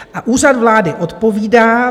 A Úřad vlády odpovídá: